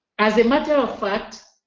as a matter of fact,